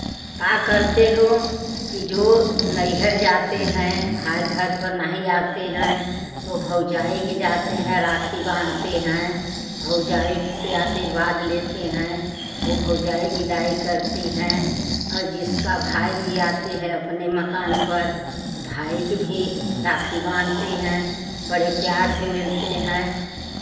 क्या करते हैं कि जो नईहर जाते हैं भाई घर पर नहीं आते हैं तो भौजाई के जाते हैं राखी बांधते हैं भौजाई से आशीर्वाद लेते हैं वो भौजाई विदाई करती हैं और जिसका भाई भी आते हैं अपने मकान पर भाई की भी राखी बांधते हैं बड़े प्यार से मिलते हैं